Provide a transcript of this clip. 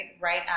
right